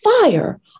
fire